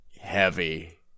heavy